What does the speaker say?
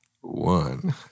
One